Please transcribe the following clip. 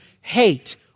hate